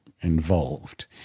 involved